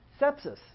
Sepsis